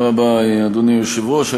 אדוני היושב-ראש,